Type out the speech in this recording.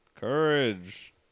Courage